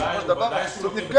בסופו של דבר הסבסוד נפגע,